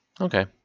Okay